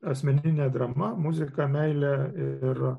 asmeninė drama muzika meilė ir